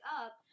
up